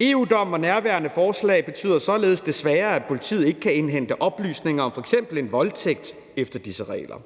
EU-dommen og nærværende forslag betyder således desværre, at politiet ikke kan indhente oplysninger om f.eks. en voldtægt efter disse regler.